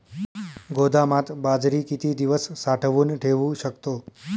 गोदामात बाजरी किती दिवस साठवून ठेवू शकतो?